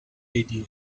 idea